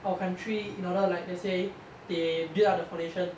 our country in order like let's say they built up the foundation